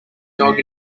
dog